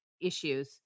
issues